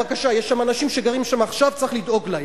בבקשה, יש אנשים שגרים שם עכשיו, צריך לדאוג להם,